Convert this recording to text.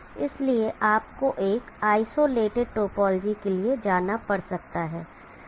इसलिए आपको एक आइसोलेटेड टोपोलॉजी के लिए जाना पड़ सकता है